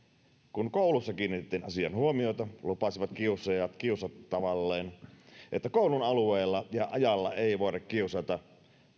kun koulussa kiinnitettiin asiaan huomiota lupasivat kiusaajat kiusattavalleen että koulun alueella ja ajalla ei voida kiusata